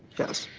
yes.